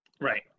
Right